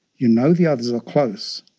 you know the others are close,